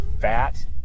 fat